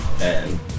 And-